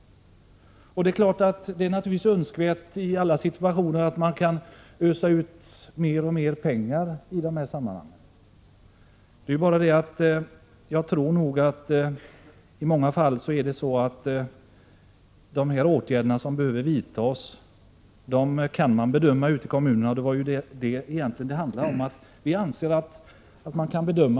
Det är naturligtvis önskvärt att kunna ösa ut mer och mer pengar för det ändamålet. Jag tror dock att man kan bedöma sådana här saker ute i kommunerna, och det är egentligen detta det handlar om.